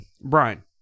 Brian